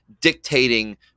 dictating